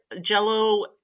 jello